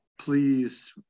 please